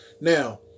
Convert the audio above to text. Now